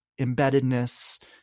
embeddedness